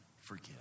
forgive